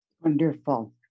Wonderful